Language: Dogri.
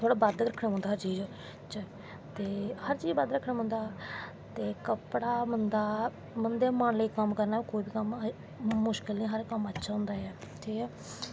थोह्ड़ा बध्द रक्खनां पौंदा हर चीज़ च ते हर चीज़ बद्द रक्खनां पौंदां ते कपड़ा बंदा बंदे मन लाईयै कोई बी कम्म करनां होऐ कोई बी कम्म करोई कम्म मुश्कल नी हर कम्म अच्छा होंदा ऐ